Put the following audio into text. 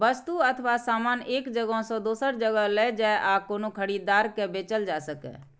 वस्तु अथवा सामान एक जगह सं दोसर जगह लए जाए आ कोनो खरीदार के बेचल जा सकै